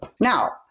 Now